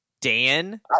dan